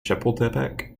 chapultepec